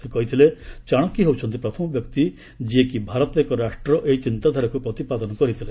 ସେ କହିଥିଲେ ଚାଶକ୍ୟ ହେଉଛନ୍ତି ପ୍ରଥମ ବ୍ୟକ୍ତି ଯିଏ କି ଭାରତ ଏକ ରାଷ୍ଟ୍ର ଏହି ଚିନ୍ତାଧାରାକୁ ପ୍ରତିପାଦନ କରିଥିଲେ